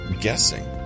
guessing